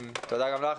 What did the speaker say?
תודה גם לך,